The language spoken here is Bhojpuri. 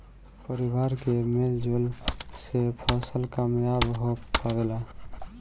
परिवार के मेल जोल से फसल कामयाब हो पावेला